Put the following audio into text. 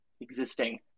existing